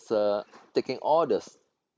just taking orders